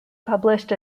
published